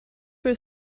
were